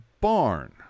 barn